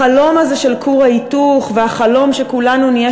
החלום הזה של כור ההיתוך והחלום שכולנו נהיה